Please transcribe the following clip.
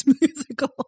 musical